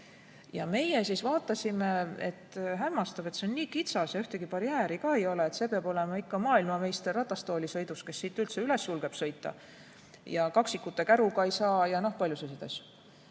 Meie vaatasime, et hämmastav, see on nii kitsas ja ühtegi barjääri ka ei ole, et see peab olema ikka maailmameister ratastoolisõidus, kes siit üldse üles julgeb sõita. Ja kaksikute käruga ka ei saa [üles] ja palju selliseid asju.